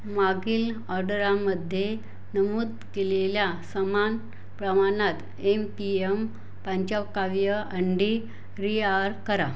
मागील ऑर्डरामध्ये नमूद केलेल्या समान प्रमाणात एम पी एम पाचावकाव्य अंडी रिआर करा